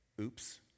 oops